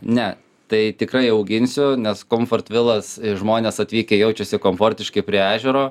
ne tai tikrai auginsiu nes komfortvilas žmonės atvykę jaučiasi komfortiškai prie ežero